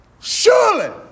Surely